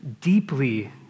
deeply